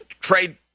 trade